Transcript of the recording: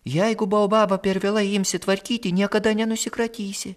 jeigu baobabą per vėlai imsi tvarkyti niekada nenusikratysi